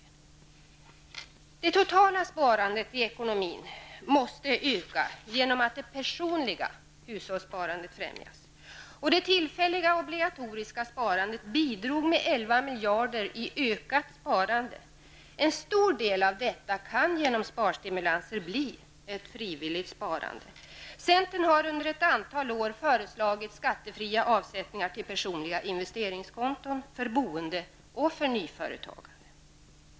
Det totala sparandet i ekonomin måste öka genom att det personliga hushållssparandet främjas. Det tillfälliga obligatoriska sparandet bidrog med 11 miljarder i ökat sparande. En stor del av detta kan genom sparstimulanser bli ett frivilligt sparande. Centern har under ett antal år föreslagit skattefria avsättningar till personliga investeringskonton för boende och nyföretagande.